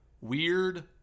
weird